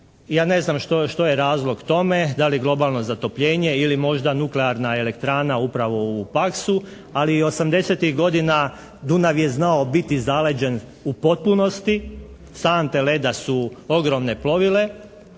Ja ne znam što je razlog tome. Da li globalno zatopljenje ili možda nuklearna elektrana upravo u "Paksu, ali je i '80.-tih godina Dunav je znao biti zaleđen u potpunosti. Sante leda su ogromne plovile